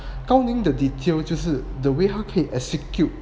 高宁的 detail 就是 the way 他 execute